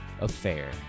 affair